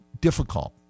difficult